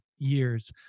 years